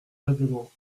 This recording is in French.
règlement